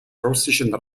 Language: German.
russischen